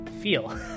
feel